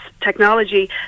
technology